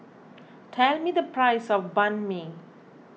tell me the price of Banh Mi